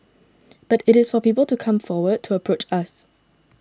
but it is for people to come forward to approach us